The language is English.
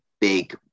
big